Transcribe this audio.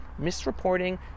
misreporting